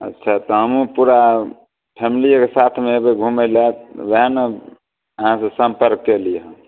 अच्छा तऽ हमहूँ पूरा फैमलीयेके साथमे अयबै घुमैलए वएह ने अहाँ से सम्पर्क केली हन